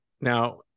now